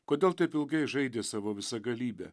kodėl taip ilgai žaidė savo visagalybe